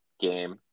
game